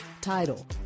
title